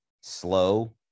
slow